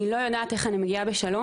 אני לא יודעת איך אני מגיעה בשלום,